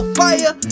fire